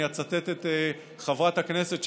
אני אצטט את חברת הכנסת,